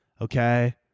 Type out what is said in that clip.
okay